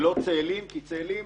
לא צאלים, כי צאלים